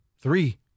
three